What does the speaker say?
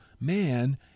man